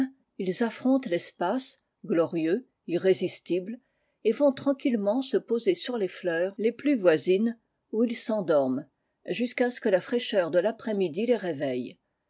ils affrontent l'espace glorieux irrissislibles et vont tranquillement se poser sur les fleurs les plus voisines où ils s'endorment jusqu'à ce que la fraîcheur de l'après-midi les réveille